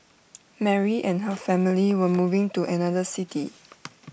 Mary and her family were moving to another city